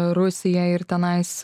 rusiją ir tenais